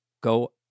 go